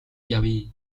явъя